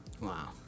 wow